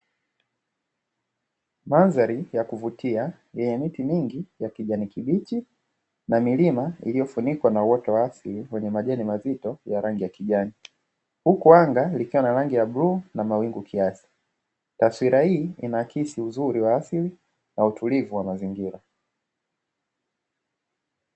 Mandhari ya kuvutia yenye miti mingi ya kijani kibichi na milima iliyofunikwa na uoto wa asili wenye majani mazito ya rangi ya kijani, huku anga likiwa na rangi ya bluu na mawingu kiasi. Taswira hii inaakisi uzuri wa asili na utulivu wa mazingira.